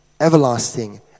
everlasting